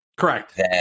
Correct